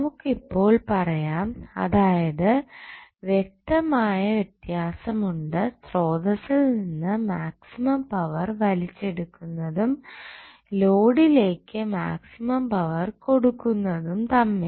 നമുക്ക് ഇപ്പോൾ പറയാം അതായത് വ്യക്തമായ വ്യത്യാസമുണ്ട് സ്രോതസ്സിൽ നിന്ന് മാക്സിമം പവർ വലിച്ചെടുക്കുന്നതും ലോഡിലേക്ക് മാക്സിമം പവർ കൊടുക്കുന്നതും തമ്മിൽ